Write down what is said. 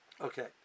Okay